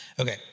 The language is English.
Okay